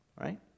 Right